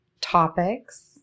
topics